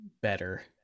better